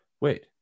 wait